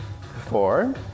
four